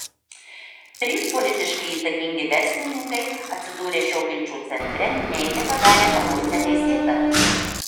trys politiškai įtakingi verslininkai atsidūrę šio ginčo centre neigia padarę ką nors neteisėta